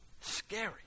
Scary